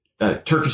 Turkish